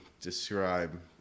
describe